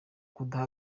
kudaha